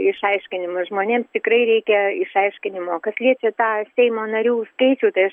išaiškinimus žmonėms tikrai reikia išaiškinimo kas liečia tą seimo narių skaičių tai aš